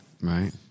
Right